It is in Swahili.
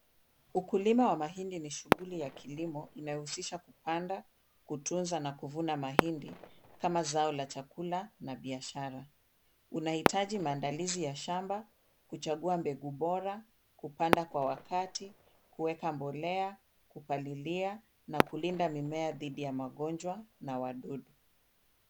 Ukulima wa mahindi ni shughuli ya kilimo inayohusisha kupanda, kutunza, na kuvuna mahindi, kama zao la chakula na biashara. Unahitaji maandalizi ya shamba, kuchagua mbegu bora, kupanda kwa wakati, kuweka mbolea, kupalilia, na kulinda mimea dhidi ya magonjwa na wadudu.